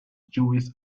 jewish